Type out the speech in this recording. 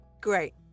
Great